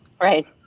Right